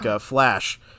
Flash